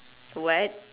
what